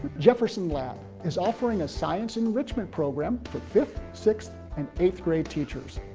jefferson lab is offering a science enrichment program for fifth, sixth, and eighth grade teachers.